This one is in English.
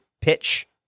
pitch